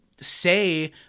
say